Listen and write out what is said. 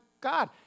God